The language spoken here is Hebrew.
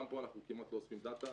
גם פה אנחנו כמעט לא אוספים דאטה